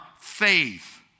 faith